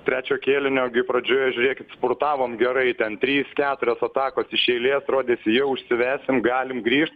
trečio kėlinio pradžioje žiūrėkit spurtavom gerai ten trys keturios atakos iš eilė rodėsi jau užsivesim galim grįžt